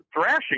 thrashing